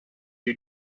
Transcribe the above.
you